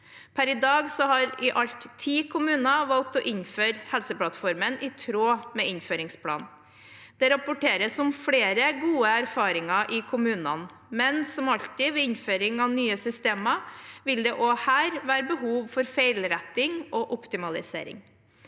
Per i dag har i alt ti kommuner valgt å innføre Helseplattformen i tråd med innføringsplanen. Det rapporteres om flere gode erfaringer i kommunene, men som alltid ved innføring av nye systemer vil det også her være behov for feilretting og optimalisering.